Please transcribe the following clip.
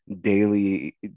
daily